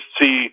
see